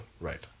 Right